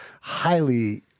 highly